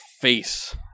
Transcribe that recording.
face